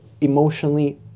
emotionally